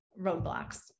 roadblocks